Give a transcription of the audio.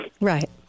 Right